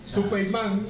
Superman